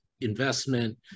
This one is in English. investment